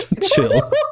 Chill